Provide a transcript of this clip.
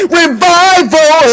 revival